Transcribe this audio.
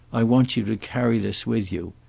i want you to carry this with you.